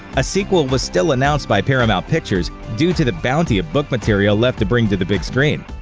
a sequel was still announced by paramount pictures, due to the bounty of book material left to bring to the big screen.